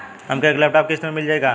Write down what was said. हमके एक लैपटॉप किस्त मे मिल जाई का?